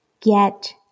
get